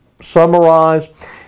summarize